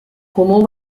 comú